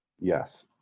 Yes